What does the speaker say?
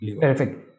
Perfect